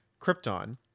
Krypton